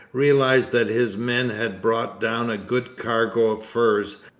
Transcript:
realized that his men had brought down a good cargo of furs,